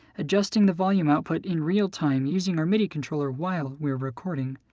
adjusting the volume output in real-time using our midi controller while we're recording.